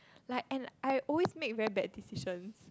like and I always make really bad decision